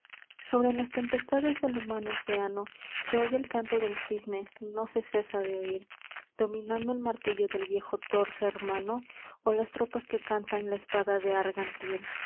sobre las tempestades del humano oceano se oye el canto del cisne no se cesa de oir dominando el martillo del viejo thor germano o las trompas que cantan la espada de